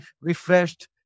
refreshed